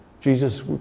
Jesus